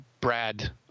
Brad